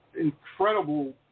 incredible